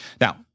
Now